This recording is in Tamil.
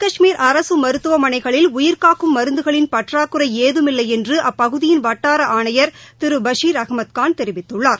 காஷ்மீர் அரசு மருத்துவமனைகளில் உயிர்காக்கும் மருந்துகளின் பற்றாக்குறை ஏதும் இல்லை என்று அப்பகுதியின் வட்டார ஆணையர் திரு பஷீர் அகமத்கான் தெரிவித்துள்ளார்